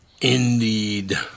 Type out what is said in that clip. indeed